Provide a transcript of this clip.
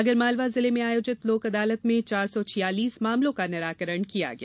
आगर मालवा जिले में आयोजित लोक अदालत में चार सौ छियालीस मामलों का निराकरण किया गया